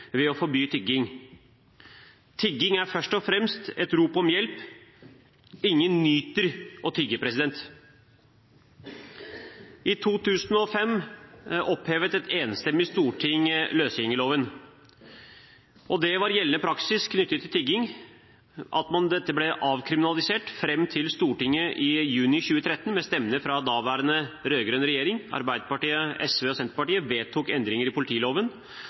ved å forby tigging. Tigging er først og fremst et rop om hjelp. Ingen nyter å tigge. I 2005 opphevet et enstemmig storting løsgjengerloven. Det var gjeldende praksis knyttet til tigging at dette ble avkriminalisert fram til Stortinget i juni 2013, med stemmene fra daværende rød-grønn regjering – Arbeiderpartiet, SV og Senterpartiet – vedtok endringer i politiloven